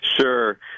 Sure